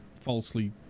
falsely